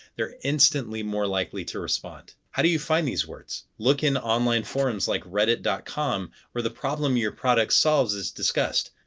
they're instantly more likely to respond. how do you find these words? look in online forums like reddit dot com where the problem your product solves is discussed.